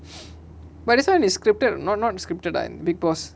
but this one is scripted not not scripted right big boss